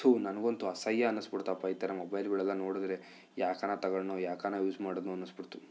ಥೂ ನನಗಂತೂ ಅಸಹ್ಯ ಅನಿಸ್ಬಿಡ್ತಪ್ಪ ಈ ಥರ ಮೊಬೈಲ್ಗಳೆಲ್ಲ ನೋಡಿದ್ರೆ ಯಾಕನ ತೊಗೊಂಡೆನೋ ಯಾಕನ ಯೂಸ್ ಮಾಡಿದೆನೋ ಅನಿಸಿಬಿಡ್ತು